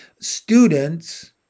Students